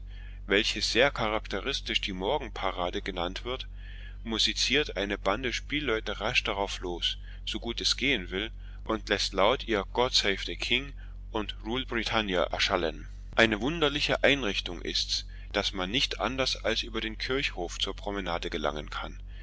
welches sehr charakteristisch die morgenparade genannt wird musiziert eine bande spielleute rasch darauf los so gut es gehen will und läßt laut ihr god save the king und rule britannia erschallen eine wunderliche einrichtung ist's daß man nicht anders als über den kirchhof zur promenade gelangen kann